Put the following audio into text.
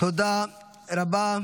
תודה רבה.